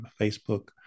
Facebook